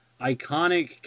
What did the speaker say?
iconic